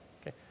Okay